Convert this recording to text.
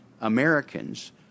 Americans